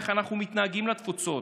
איך אנחנו מתנהגים אל התפוצות.